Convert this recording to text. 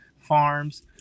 Farms